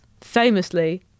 famously